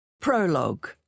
Prologue